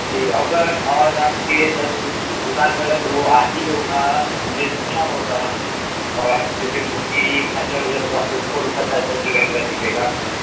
ठीक है अगर और आपके दस दुकान पे अगर वो आँधी होगा मिर्चा होगा और जैसे मूली गाजर होगा तो उसको भी सरकार दस रुपए का कर दीजियेगा